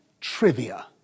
Trivia